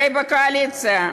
חברי הקואליציה,